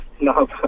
No